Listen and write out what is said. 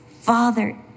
Father